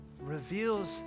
reveals